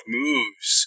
moves